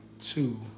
two